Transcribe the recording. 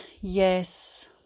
Yes